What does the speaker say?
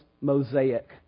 mosaic